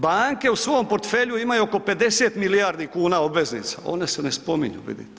Banke u svom portfelju imaju oko 50 milijardi kuna obveznica, one se ne spominju vidite.